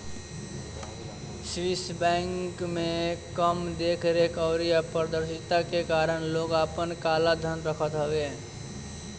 Swiss bank में कम देख रेख अउरी अपारदर्शिता के कारण लोग आपन काला धन रखत हवे